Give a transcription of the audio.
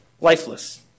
lifeless